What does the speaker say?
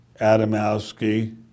Adamowski